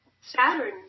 Saturn